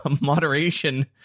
moderation